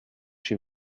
she